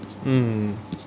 mm